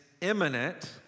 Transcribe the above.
imminent